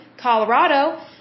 Colorado